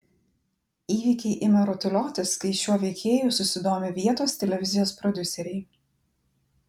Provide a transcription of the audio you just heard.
įvykiai ima rutuliotis kai šiuo veikėju susidomi vietos televizijos prodiuseriai